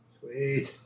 Sweet